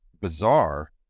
bizarre